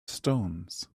stones